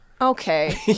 Okay